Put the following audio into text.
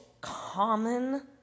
common